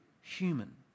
human